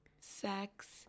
sex